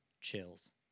chills